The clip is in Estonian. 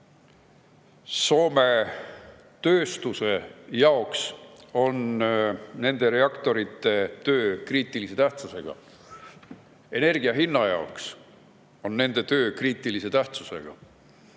Soome tööstusele on nende reaktorite töö kriitilise tähtsusega, energia hinnale on nende töö kriitilise tähtsusega.